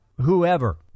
whoever